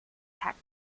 texas